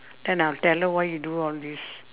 then I will tell her why you do all these